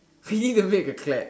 we need to make a clap